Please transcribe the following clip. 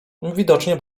widocznie